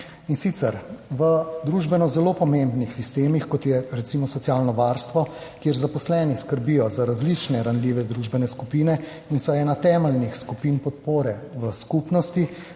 In sicer, v družbeno zelo pomembnih sistemih, kot je recimo socialno varstvo, kjer zaposleni skrbijo za različne ranljive družbene skupine in so ena temeljnih skupin podpore v skupnosti,